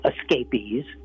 escapees